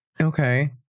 Okay